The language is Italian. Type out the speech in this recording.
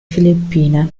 filippine